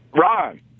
Ron